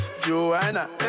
Joanna